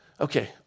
Okay